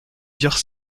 dire